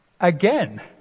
Again